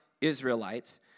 Israelites